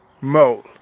mole